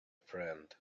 friend